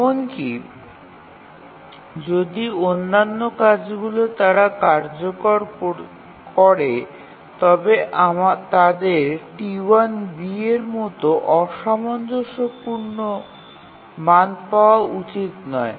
এমনকি যদি অন্যান্য কাজগুলি তারা কার্যকর করে তবে তাদের T1 b এর মতো অসামঞ্জস্যপূর্ণ মান পাওয়া উচিত নয়